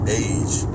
age